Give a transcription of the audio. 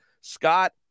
Scott